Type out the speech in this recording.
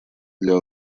для